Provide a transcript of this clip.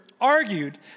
argued